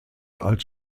als